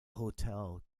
hotel